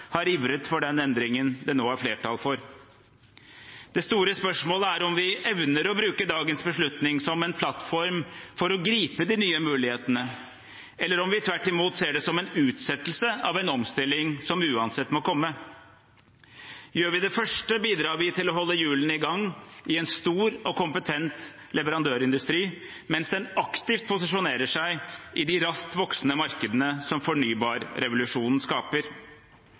har ivret for den endringen det nå er flertall for. Det store spørsmålet er om vi evner å bruke dagens beslutning som en plattform for å gripe de nye mulighetene, eller om vi tvert imot ser det som en utsettelse av en omstilling som uansett må komme. Gjør vi det første, bidrar vi til å holde hjulene i gang i en stor og kompetent leverandørindustri, mens den aktivt posisjonerer seg i de raskt voksende markedene som fornybarrevolusjonen skaper.